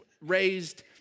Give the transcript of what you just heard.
raised